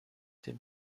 dem